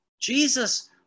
Jesus